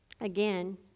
again